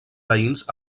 veïns